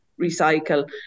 recycle